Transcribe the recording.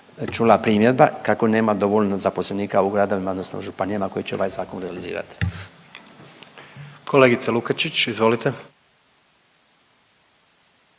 čula primjedba kako nema dovoljno zaposlenika u gradovima odnosno županijama, koji će ovaj zakon realizirat. **Jandroković, Gordan